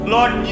Lord